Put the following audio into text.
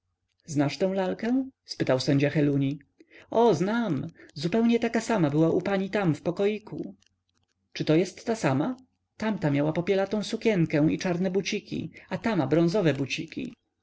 znasz tę lalkę spytał sędzia heluni o znam zupełnie taka sama była u pani tam w pokoiku czyto jest ta sama o nie nie ta tamta miała popielatą sukienkę i czarne buciki a ta ma bronzowe buciki